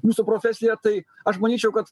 jūsų profesija tai aš manyčiau kad